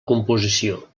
composició